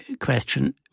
question